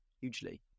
hugely